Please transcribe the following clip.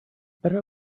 better